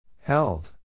Held